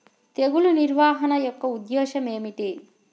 తెగులు నిర్వహణ యొక్క ఉద్దేశం ఏమిటి?